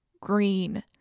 Green